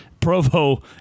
Provo